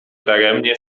daremnie